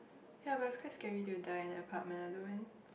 ya but it's quite scary to die in an apartment alone